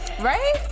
Right